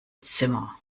zimmer